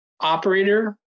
operator